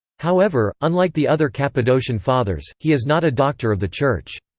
however, unlike the other cappadocian fathers, he is not a doctor of the church.